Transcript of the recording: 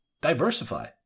diversify